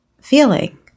feeling